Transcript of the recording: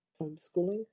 homeschooling